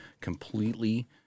completely